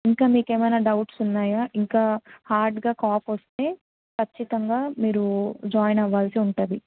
ఇంకా మీకు ఏమైనా డౌట్స్ ఉన్నాయా ఇంకా హార్డ్గా కాఫ్ వస్తే ఖచ్చితంగా మీరు జాయిన్ అవ్వాల్సి ఉంటుంది